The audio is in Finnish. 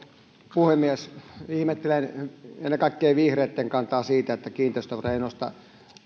puhemies ihmettelen ennen kaikkea vihreitten kantaa siitä että kiinteistövero ei nosta